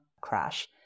crash